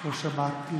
לא שמעת לי.